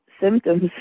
symptoms